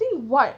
think what